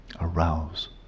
Arouse